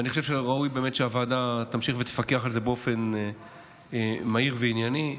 ואני חושב שראוי באמת שהוועדה תמשיך ותפקח על זה באופן מהיר וענייני: